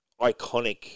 iconic